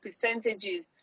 percentages